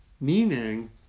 meaning